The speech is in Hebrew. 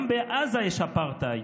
יש אפרטהייד.